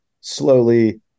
slowly